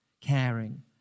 caring